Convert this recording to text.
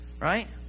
right